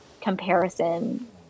comparison